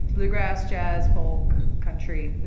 bluegrass, jazz, folk, country.